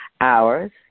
Hours